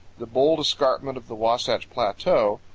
the bold escarpment of the wasatch plateau,